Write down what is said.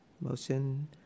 motion